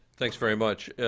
thanks very much.